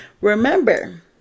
remember